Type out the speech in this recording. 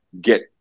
get